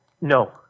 No